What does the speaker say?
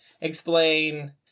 explain